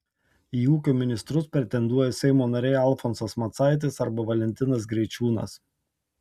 į ūkio ministrus pretenduoja seimo nariai alfonsas macaitis arba valentinas greičiūnas